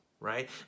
right